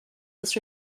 this